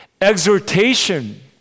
exhortation